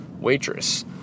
waitress